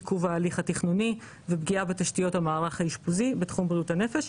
עיכוב ההליך התכנוני ופגיעה בתשתיות המערך האשפוזי בתחום בריאות הנפש.